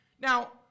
Now